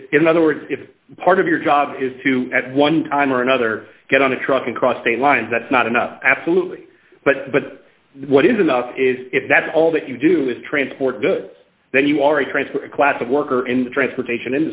f in other words if part of your job is to at one time or another get on a truck across state lines that's not enough absolutely but but what is enough is if that's all that you do is transport good then you are a transfer a class of worker and transportation